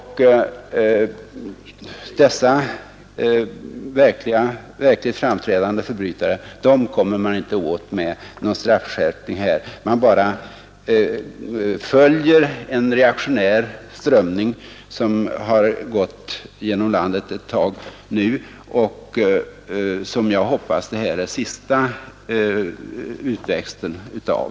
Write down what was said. Dessa verkligt framträdande förbrytare kommer man inte åt genom någon straffskärpning. Man bara följer en reaktionär strömning som har gått genom landet sedan någon tid men som jag hoppas att det här är den sista utväxten av.